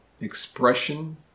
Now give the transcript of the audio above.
expression